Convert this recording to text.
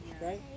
right